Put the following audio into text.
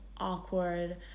awkward